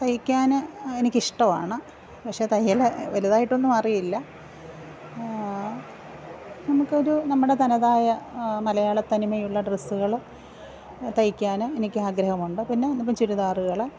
തയ്ക്കാന് എനിക്ക് ഇഷ്ടമാണ് പക്ഷേ തയ്യൽ വലുതായിട്ടൊന്നും അറിയില്ല നമുക്ക് ഒരു നമ്മുടെ തനതായ മലയാളത്തനിമയുള്ള ഡ്രസ്സുകൾ തയ്ക്കാനും എനിക്ക് ആഗ്രഹമുണ്ട് പിന്നെ നമുക്ക് ചുരിദാറുകൾ